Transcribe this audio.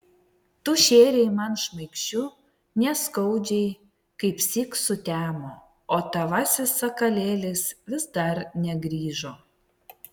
tu šėrei man šmaikščiu neskaudžiai kaipsyk sutemo o tavasis sakalėlis vis dar negrįžo